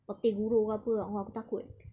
petir guruh ke apa !ow! aku takut